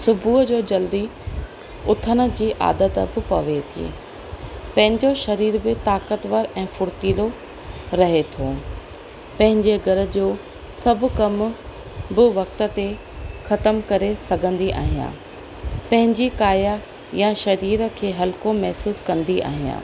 सुबुह जो जल्दी उथण जी आदत बि पवे थी पंहिंजो शरीरु बि ताक़तवरु ऐं फुर्तीलो रहे थो पंहिंजे घर जो सभु कमु बि वक़्त ते ख़तमु करे सघंदी आहियां पंहिंजी काया यां शरीर खे हल्को महिसूसु कंदी आहियां